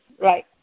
right